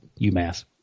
UMass